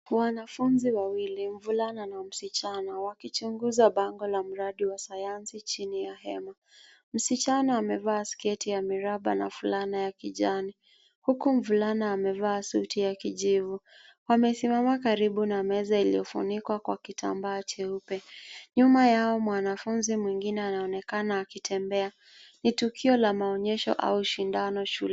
Wanafunzi wawili msichana na mvulana wakichunguza bango la mradi wa Sayansi chini ya hema. Msichana amevaa sketi ya miraba na fulana ya kijani huku mvulana amevaa suti ya kijivu. Wamesimama karibu na meza iliyofunikwa kwa kitamba cheupe. Nyuma yao mwanafunzi mwingine anaonekana akitembea. Ni tukio la maonyesho au shindano shuleni.